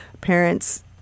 parents